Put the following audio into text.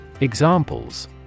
Examples